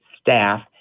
staff